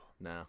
No